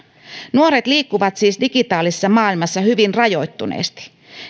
nuoret liikkuvat siis digitaalisessa maailmassa hyvin rajoittuneesti